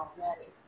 already